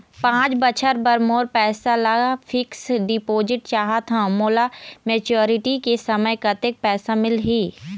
पांच बछर बर मोर पैसा ला फिक्स डिपोजिट चाहत हंव, मोला मैच्योरिटी के समय कतेक पैसा मिल ही?